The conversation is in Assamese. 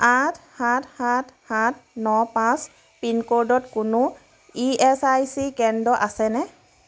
আঠ সাত সাত সাত ন পাঁচ পিন ক'ডত কোনো ই এছ আই চি কেন্দ্র আছেনে